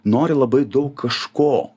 nori labai daug kažko